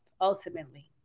ultimately